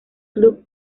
club